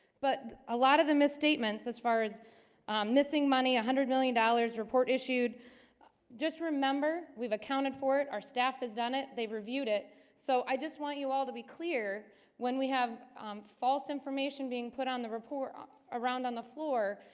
but a lot of the misstatements as far as missing money a hundred million dollars report issued just remember. we've accounted for it our staff has done it they've reviewed it so i just want you all to be clear when we have false information being put on the report around on the floor